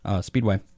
Speedway